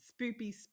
spoopy